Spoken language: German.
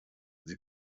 sie